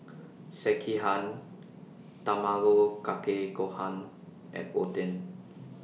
Sekihan Tamago Kake Gohan and Oden